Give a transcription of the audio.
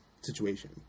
situation